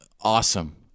awesome